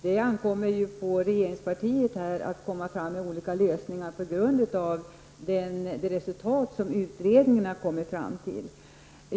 Det ankommer på regeringspartiet att lägga fram förslag om lösningar med hjälp av det resultat som utredningen har kommit fram till.